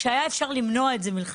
כשהיה אפשר למנוע את זה מלכתחילה.